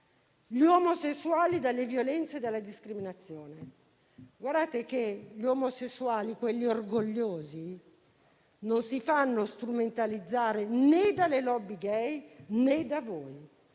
gli omosessuali dalle violenze e dalle discriminazioni? Gli omosessuali, quelli orgogliosi, non si fanno strumentalizzare né dalle *lobby gay*, né da voi.